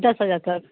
दस हज़ार तक